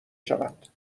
شوند